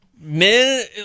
men